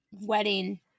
wedding